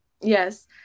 Yes